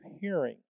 hearing